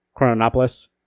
Chronopolis